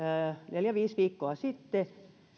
neljä viiva viisi viikkoa sitten